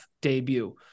debut